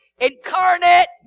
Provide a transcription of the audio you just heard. incarnate